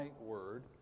word